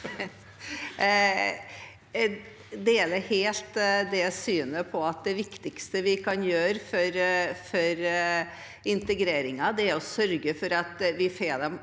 Jeg deler helt det synet at det viktigste vi kan gjøre for integreringen er å sørge for at vi får